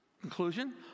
Conclusion